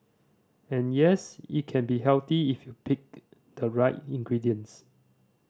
and yes it can be healthy if you pick the right ingredients